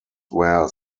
where